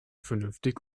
vernünftig